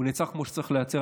הוא נעצר כמו שצריך להיעצר.